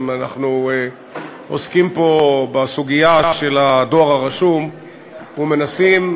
אנחנו עוסקים פה בסוגיה של הדואר הרשום ומנסים,